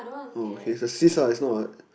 oh okay it's a cysts